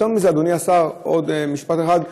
יותר מזה, אדוני השר, עוד משפט אחד,